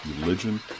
religion